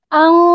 ang